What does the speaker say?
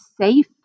safe